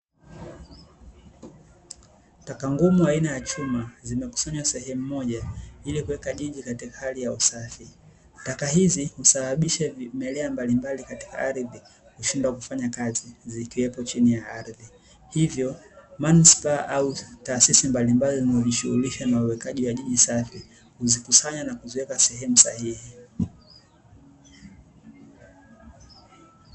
Taka ngumu aina ya chuma zimekusanywa sehemu moja ili kuweka jiji katika hali ya usafi. Taka hizi husababisha vimelea mbalimbali katika ardhi kushindwa kufanya kazi zikiwepo chini ya ardhi. Hivyo manispaa au taasisi mbalimbali zinazojishughulisha na uwekaji wa jiji safi huzikusanya na kuziweka sehemu sahihi.